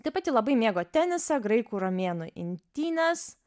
taip pat ji labai mėgo tenisą graikų romėnų imtynes